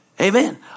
Amen